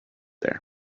there